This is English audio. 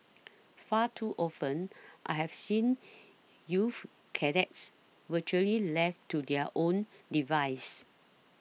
far too often I have seen youth cadets virtually left to their own devices